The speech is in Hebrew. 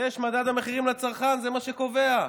יש מדד המחירים לצרכן, זה מה שקובע,